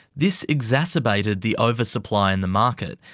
this exacerbated the oversupply in the market,